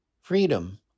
Freedom